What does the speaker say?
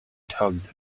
tugged